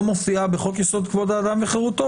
מופיעה בחוק-יסוד: כבוד האדם וחירותו,